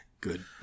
good